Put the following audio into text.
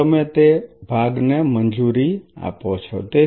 જે તમે તે ભાગને મંજૂરી આપો છો